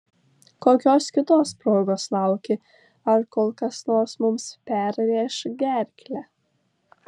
kokios kitos progos lauki ar kol kas nors mums perrėš gerklę